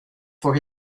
for